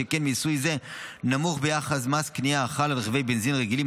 שכן מיסוי זה נמוך ביחס למס הקנייה החל על רכבי בנזין רגילים,